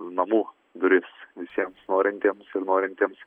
namų duris visiem norintiems ir norintiems